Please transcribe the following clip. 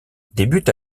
débute